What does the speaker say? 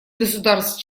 государств